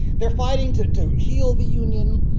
they're fighting to to heal the union,